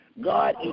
God